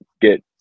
get